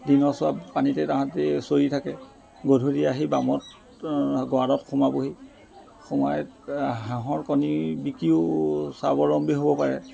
দিনৰচোৱা পানীতেই তাহাঁতি চৰি থাকে গধূলি আহি বামত গঁৰালত সোমাবহি সোমাই হাঁহৰ কণী বিকিও স্বাৱলম্বী হ'ব পাৰে